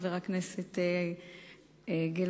חבר הכנסת גילאון,